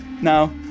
No